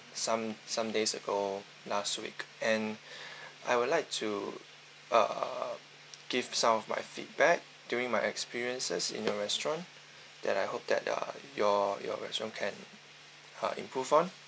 some some days ago last week and I would like to uh give some of my feedback during my experience as in your restaurant that I hope that uh your your restaurant can uh improve on